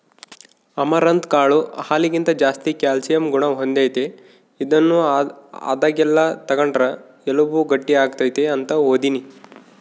amaranth ಕಾಳು ಹಾಲಿಗಿಂತ ಜಾಸ್ತಿ ಕ್ಯಾಲ್ಸಿಯಂ ಗುಣ ಹೊಂದೆತೆ, ಇದನ್ನು ಆದಾಗೆಲ್ಲ ತಗಂಡ್ರ ಎಲುಬು ಗಟ್ಟಿಯಾಗ್ತತೆ ಅಂತ ಓದೀನಿ